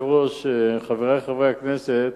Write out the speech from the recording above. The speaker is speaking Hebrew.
חברי חברי הכנסת,